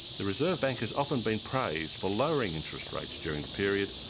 the reserve bank has often been praised for lowering interest rates during the period,